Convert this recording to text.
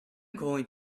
going